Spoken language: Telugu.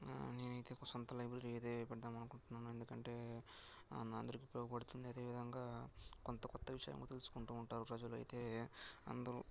నేనైతే సొంత లైబ్రరీ అది పెడదామని అకుంటున్నాను ఎందుకంటే అందరికి ఉపయోగపడుతుంది అదేవిధంగా కొంత కొత్త విషయాలు తెలుసుకుంటూ ఉంటారు ప్రజలైతే అంద్